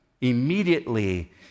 Immediately